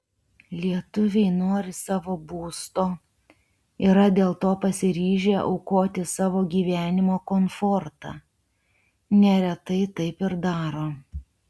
lietuviai nori savo būsto yra dėl to pasiryžę aukoti savo gyvenimo komfortą neretai taip ir daro